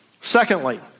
Secondly